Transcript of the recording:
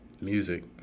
music